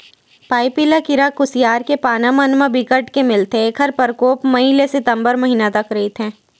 पाइपिला कीरा कुसियार के पाना मन म बिकट के मिलथे ऐखर परकोप मई ले सितंबर महिना तक रहिथे